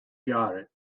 lekrjahre